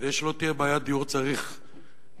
כדי שלא תהיה בעיית דיור צריך דירות,